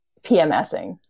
PMSing